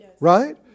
right